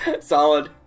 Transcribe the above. solid